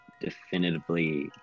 definitively